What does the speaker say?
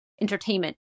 entertainment